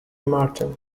martin